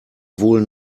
wohl